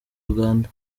uganda